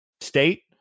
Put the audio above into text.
State